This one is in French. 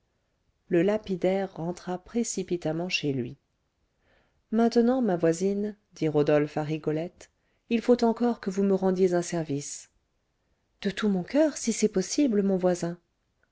le lapidaire rentra précipitamment chez lui maintenant ma voisine dit rodolphe à rigolette il faut encore que vous me rendiez un service de tout mon coeur si c'est possible mon voisin